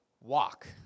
walk